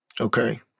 Okay